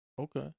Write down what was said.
Okay